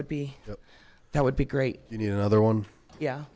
would be that would be great you know other one yeah